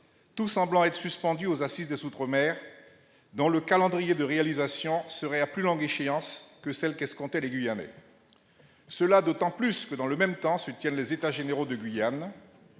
tout semblant être suspendu aux assises des outre-mer, dont le calendrier de réalisation serait à plus longue échéance que celle qu'escomptaient les Guyanais. Cela est d'autant plus vrai que dans le même temps se tiennent les états généraux de Guyane.